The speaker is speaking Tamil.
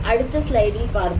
அடுத்த ஸ்லைடில் பார்ப்போம்